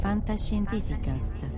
Fantascientificast